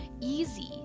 easy